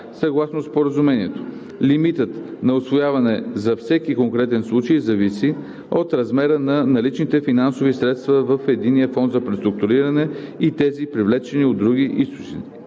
Съгласно споразумението лимитът на усвояване за всеки конкретен случай зависи от размера на наличните финансови средства в Единния фонд за преструктуриране и тези, привлечени от други източници.